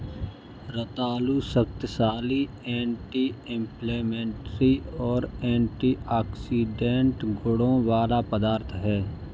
रतालू शक्तिशाली anti inflammatory और एंटीऑक्सीडेंट गुणों वाला पदार्थ है